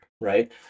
right